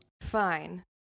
Fine